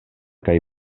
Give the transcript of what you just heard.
kaj